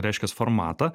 reiškias formatą